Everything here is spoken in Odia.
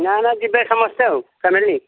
ନା ନା ଯିବେ ସମସ୍ତେ ଆଉ ଫ୍ୟାମିଲି